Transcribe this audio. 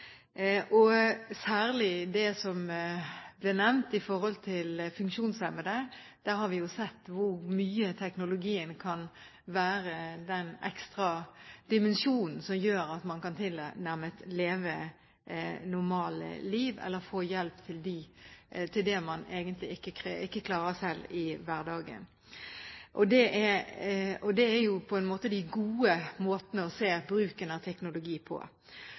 særlig det som ble nevnt om funksjonshemmede. Der har vi sett at teknologien kan være den ekstra dimensjonen som gjør at man kan leve et tilnærmet normalt liv, eller får hjelp til det man egentlig ikke klarer selv i hverdagen. Det er jo på en måte de gode måtene å se bruken av teknologi på.